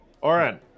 Oren